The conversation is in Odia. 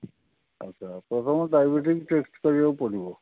ଆଛା ପ୍ରଥମେ ଡ଼ାଇବେଟିସ୍ ଟେଷ୍ଟ କରିବାକୁ ପଡ଼ିବ